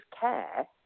care